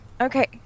Okay